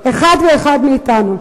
כל אחד ואחד מאתנו.